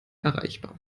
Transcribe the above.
erreichbar